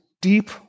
deep